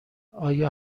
آیا